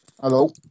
Hello